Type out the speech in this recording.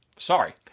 Sorry